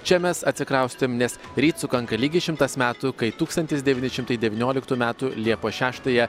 čia mes atsikraustėm nes ryt sukanka lygiai šimtas metų kai tūkstantis devyni šimtai devynioliktų metų liepos šeštąją